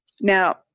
Now